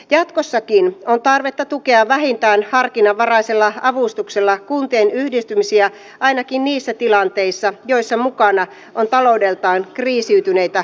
jatkossakin on tarvetta tukea vähintään harkinnanvaraisella avustuksella kuntien yhdistymisiä ainakin niissä tilanteissa joissa mukana on taloudeltaan kriisiytyneitä kuntia